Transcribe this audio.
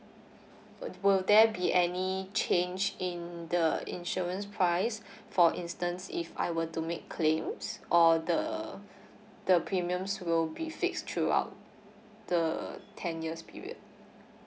will there be any change in the insurance price for instance if I were to make claims or the the premiums will be fixed throughout the ten years period